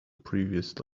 previous